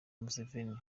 museveni